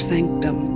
Sanctum